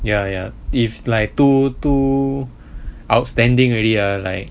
ya ya it's like too too outstanding already ah like